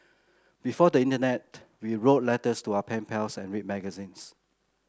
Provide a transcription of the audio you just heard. before the internet we wrote letters to our pen pals and read magazines